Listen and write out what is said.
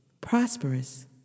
prosperous